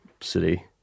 city